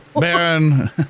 Baron